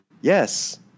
Yes